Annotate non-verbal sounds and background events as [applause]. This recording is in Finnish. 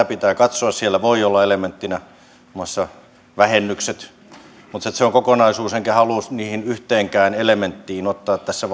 [unintelligible] pitää katsoa siellä voi olla elementtinä muun muassa vähennykset mutta se se on kokonaisuus enkä halua yhteenkään elementtiin yksittäisesti ottaa vielä tässä [unintelligible]